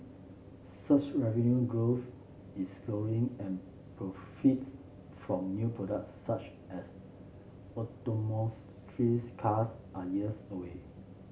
search revenue growth is slowing and profits from new products such as autonomous trees cars are years away